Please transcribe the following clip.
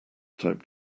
type